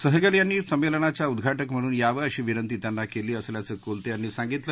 सहगल यांनी संमेलनाच्या उद्घाटक म्हणून यावं अशी विनंती त्यांना केली असल्याचं कोलते यांनी सांगितलं